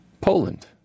Poland